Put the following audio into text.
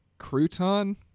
crouton